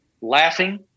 laughing